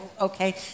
okay